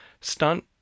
stunt